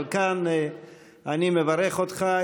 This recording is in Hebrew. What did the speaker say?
אבל כאן אני מברך אותך.